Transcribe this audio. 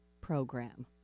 Program